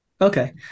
Okay